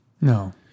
No